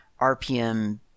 rpm